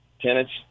tenants